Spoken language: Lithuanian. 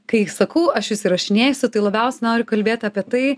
kai sakau aš jus įrašinėsiu tai labiausia noriu kalbėt apie tai